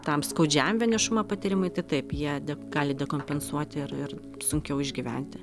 tam skaudžiajam vienišumo patyrimui tai taip jie de gali dekompensuoti ir ir sunkiau išgyventi